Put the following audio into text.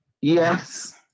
Yes